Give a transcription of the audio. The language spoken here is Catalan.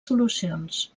solucions